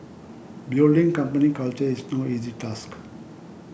building company culture is no easy task